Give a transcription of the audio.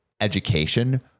education